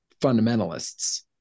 fundamentalists